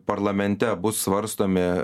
parlamente bus svarstomi